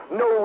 no